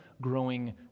growing